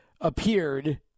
appeared